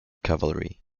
cavalry